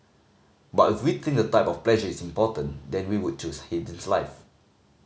but if we think the type of pleasure is important then we would choose Haydn's life